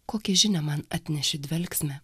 kokią žinią man atneši dvelksme